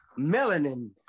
melanin